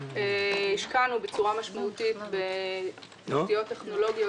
השקענו בצורה משמעותית בתשתיות טכנולוגיות